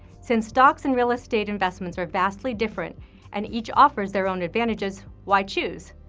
since stocks and real estate investments are vastly different and each offers their own advantages, why choose?